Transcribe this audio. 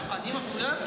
אני מפריע?